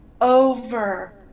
over